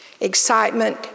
Excitement